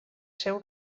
seu